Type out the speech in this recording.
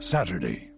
Saturday